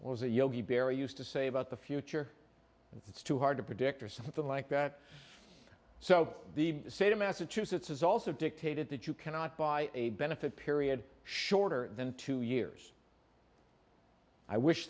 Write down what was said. or as a yogi bear used to say about the future it's too hard to predict or something like that so the state of massachusetts is also dictated that you cannot buy a benefit period shorter than two years i wish